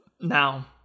Now